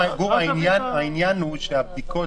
העניין הוא שהבדיקות,